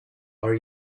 are